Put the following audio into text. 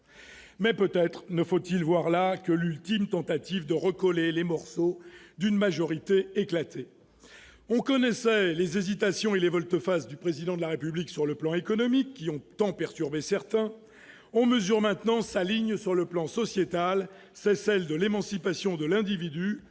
Mais peut-être faut-il ne voir là que l'ultime tentative de recoller les morceaux d'une majorité éclatée ... On connaissait les hésitations et les volte-face du Président de la République sur le plan économique, qui ont tant perturbé certains ; on prend maintenant la mesure de sa ligne sur le plan sociétal : c'est celle de l'émancipation de l'individu